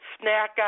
snack